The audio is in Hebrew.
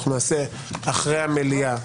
נעשה אחרי המליאה